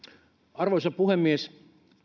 arvoisa puhemies